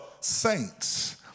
saints